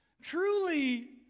Truly